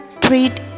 treat